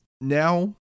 Now